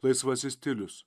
laisvasis stilius